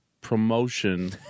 promotion